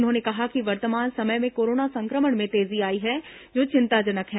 उन्होंने कहा कि वर्तमान समय में कोरोना संक्रमण में तेजी आई है जो चिंताजनक है